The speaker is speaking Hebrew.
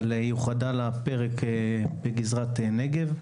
אבל היא אוחדה לפרק בגזרת נגב.